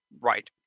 Right